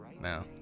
Now